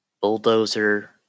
bulldozer